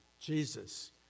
Jesus